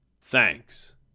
Thanks